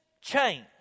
change